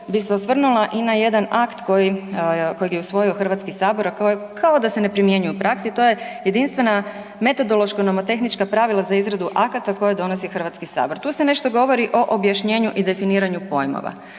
bi se osvrnula i na jedan akt koji kojeg je usvojio Hrvatski sabor, a koji kao da se ne primjenjuje u praksi, to je jedinstvena metodološka nomotehnička pravila za izradu akata koje donosi HS. Tu se nešto govori o objašnjenju i definiranju pojmova